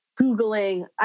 Googling